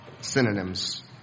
synonyms